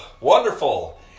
Wonderful